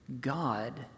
God